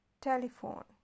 telephone